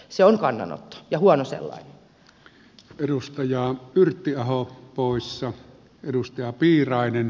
se on kannanotto ja huono sellainen